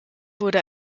wurde